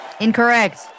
Incorrect